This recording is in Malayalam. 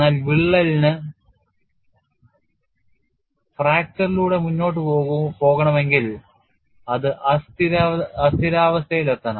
എന്നാൽ വിള്ളലിന് Fracture ലൂടെ മുന്നോട്ട് പോകണമെങ്കിൽ അത് അസ്ഥിരാവസ്ഥയിലെത്തണം